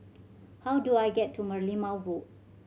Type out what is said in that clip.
how do I get to Merlimau Road